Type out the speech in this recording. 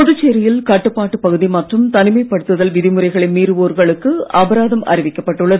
புதுச்சேரியில் கட்டுப்பாட்டு பகுதி மற்றும் தனிமைப் படுத்தல் விதிமுறைகளை மீறுவோர்களுக்கு அபராதம் அறிவிக்கப் பட்டுள்ளது